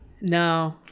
No